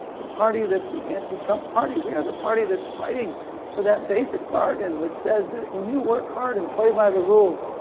the party that's the anti-trump party. we are the party that's fighting for that basic bargain which says that, when you work hard, and play by the rules,